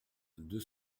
deux